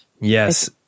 Yes